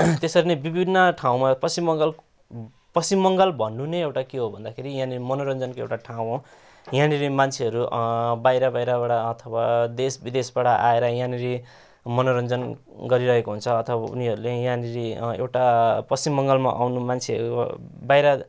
त्यसरी नै विभिन्न ठाउँमा पश्चिम बङ्गाल पश्चिम बङ्गाल भन्नु नै एउटा के हो भन्दाखेरि यहाँनेरि मनोरन्जनको एउटा ठाउँ हो यहाँनेरि मान्छेहरू बाहिर बाहिरबाट अथवा देश विदेशबाट आएर यहाँनेरि मनोरन्जन गरिरहेको हुन्छ अथवा उनीहरूले यहाँनेरि एउटा पश्चिम बङ्गालमा आउने मान्छेहरू बाहिर